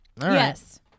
Yes